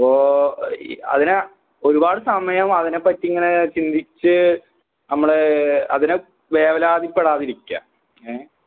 അപ്പോൾ ഈ അതിന ഒരുപാട് സമയം അതിനെപ്പറ്റിയിങ്ങനെ ചിന്തിച്ച് നമ്മൾ അതിനെ വേവലാതിപ്പെടാതിരിക്കുക ഏ